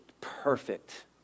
perfect